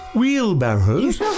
wheelbarrows